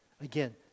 Again